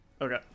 Okay